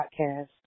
podcast